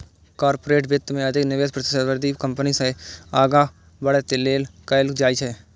corporate वित्त मे अधिक निवेश प्रतिस्पर्धी कंपनी सं आगां बढ़ै लेल कैल जाइ छै